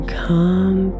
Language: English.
come